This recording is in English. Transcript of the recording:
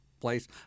place